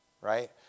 right